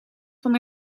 van